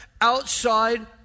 outside